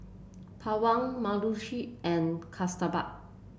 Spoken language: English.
Pawan Mukesh and Kasturba